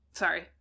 sorry